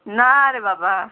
ना रे बाबा